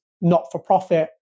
not-for-profit